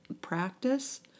practice